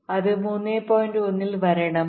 1 ൽ വരണം